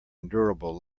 endurable